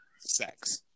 sex